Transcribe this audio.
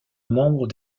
membre